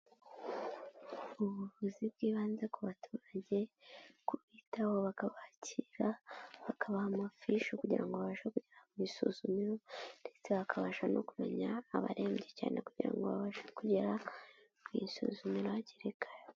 Ubuvuzi bw'ibanze ku baturage kubitaho bakabakira bakabaha amafishi kugira ngo babashe kujya mu isuzumiro ndetse bakabasha no kumenya abarembye cyane kugira ngo babashe kugera mu isuzumiro hakiri kare.